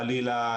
חלילה,